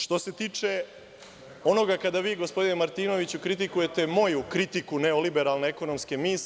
Što se tiče onoga, kada vi, gospodine Martinoviću, kritikujete moju kritiku neoliberalne ekonomske misli…